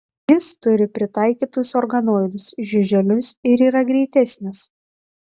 jis turi pritaikytus organoidus žiuželius ir yra greitesnis